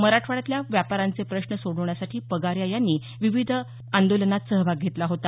मराठवाड्यातल्या व्यापाऱ्यांचे प्रश्न सोडवण्यासाठी पगारिया यांनी विविध आंदोलनात सहभाग घेतला होता